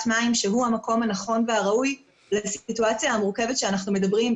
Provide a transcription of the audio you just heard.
מים שהוא המקום הנכון והראוי לסיטואציה המורכבת שאנחנו מדברים בה,